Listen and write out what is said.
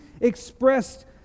expressed